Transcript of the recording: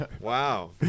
Wow